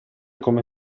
come